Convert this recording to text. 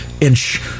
inch